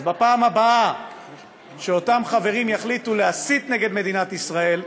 אז בפעם הבאה שאותם חברים יחליטו להסית נגד מדינת ישראל,